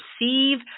receive